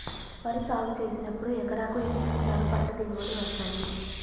వరి సాగు చేసినప్పుడు ఎకరాకు ఎన్ని క్వింటాలు పంట దిగుబడి వస్తది?